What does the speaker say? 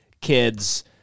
kids